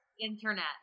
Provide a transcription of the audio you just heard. Internet